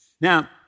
Now